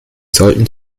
sollten